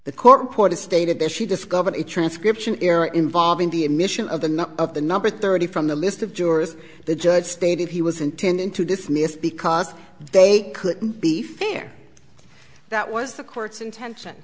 the court reporter stated that she discovered a transcription error involving the admission of the number of the number thirty from the list of jurors the judge stated he was intending to dismiss because they couldn't be fair that was the court's intention